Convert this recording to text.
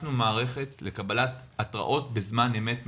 הכנסנו מערכת לקבלת התרעות בזמן אמת מהמשטרה.